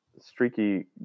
streaky